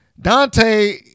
Dante